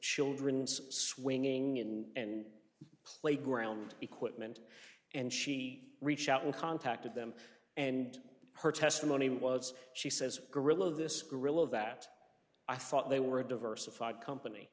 children swinging in and playground equipment and she reached out and contacted them and her testimony was she says gorilla this gorilla that i thought they were a diversified company